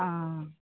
অঁ অঁ